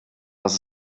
was